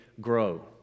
grow